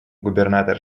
губернатор